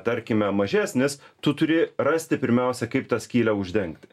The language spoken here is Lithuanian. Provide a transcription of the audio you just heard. tarkime mažesnis tu turi rasti pirmiausia kaip tą skylę uždengti